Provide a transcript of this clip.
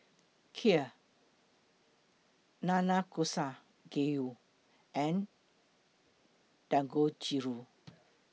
Kheer Nanakusa Gayu and Dangojiru